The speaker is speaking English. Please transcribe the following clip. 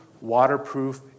waterproof